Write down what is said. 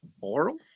Oral